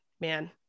man